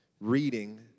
reading